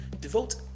Devote